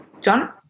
John